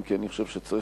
אם כי אני חושב שצריך